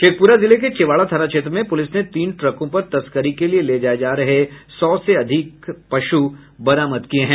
शेखपुरा जिले के चेवाड़ा थाना क्षेत्र में पुलिस ने तीन ट्रकों पर तस्करी के लिए ले जाये जा रहे सौ से अधिक पशु बरामद किये हैं